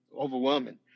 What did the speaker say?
overwhelming